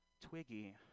Twiggy